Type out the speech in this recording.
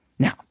Now